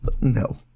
No